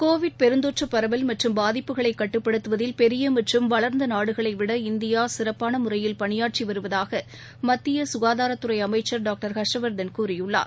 Covid பெருந்தொற்று பரவல் மற்றும் பாதிப்புகளை கட்டுப்படுத்துவதில் பெரிய மற்றும் வளர்ந்த நாடுகளைவிட இந்தியா சிறப்பான முறையில் பணியாற்றி வருவதாக மத்திய ககாதாரத் துறை அமைச்சர் டாக்டர் ஹர்ஷ்வர்தன் கூறியுள்ளார்